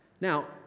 Now